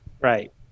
Right